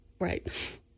Right